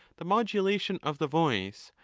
the modulation of the voice,